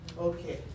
Okay